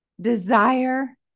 desire